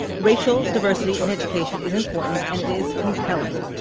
racial diversity in education is important and it is compelling.